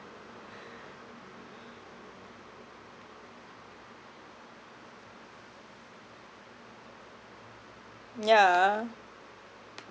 yeah